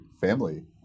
family